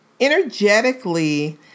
Energetically